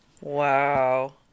Wow